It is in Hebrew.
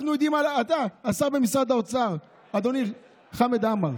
השר במשרד האוצר, אדוני חמד עמאר,